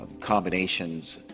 combinations